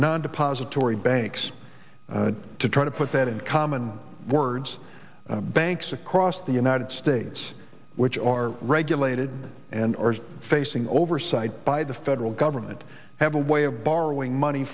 nine depository banks to try to put that in common words banks across the united states which are regulated and are facing oversight by the federal government have a way of borrowing money